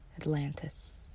Atlantis